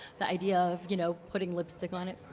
the idea of, you know, putting lipstick on it.